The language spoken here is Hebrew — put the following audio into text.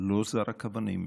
לא זרק אבנים,